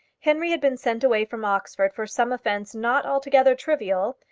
henry had been sent away from oxford for some offence not altogether trivial,